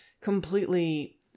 completely